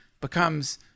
becomes